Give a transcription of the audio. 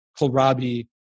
Kohlrabi